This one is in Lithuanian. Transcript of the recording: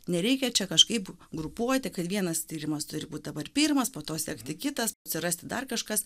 nereikia čia kažkaip grupuoti kad vienas tyrimas turi būt dabar pirmas po to sekti kitas atsirasti dar kažkas